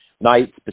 night